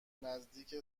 نزدیک